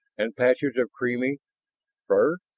and patches of creamy fur?